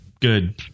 Good